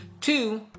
Two